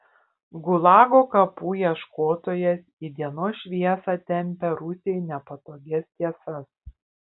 gulago kapų ieškotojas į dienos šviesą tempia rusijai nepatogias tiesas